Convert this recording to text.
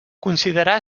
considerà